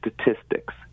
statistics